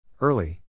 Early